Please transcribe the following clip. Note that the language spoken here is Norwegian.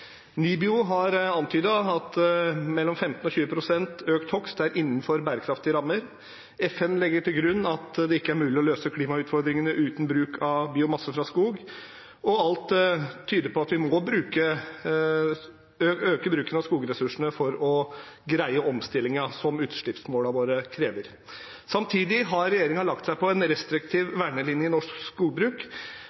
NIBIO har antydet at mellom 15 og 20 pst. økt hogst er innenfor bærekraftige rammer. FN legger til grunn at det ikke er mulig å løse klimautfordringene uten bruk av biomasse fra skog. Alt tyder på at vi må øke bruken av skogressursene for å greie den omstillingen som utslippsmålene våre krever. Samtidig har regjeringen lagt seg på en restriktiv